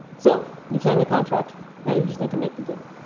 so you've signed the contract. now you just need to make the game.